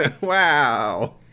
wow